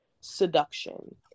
seduction